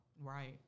Right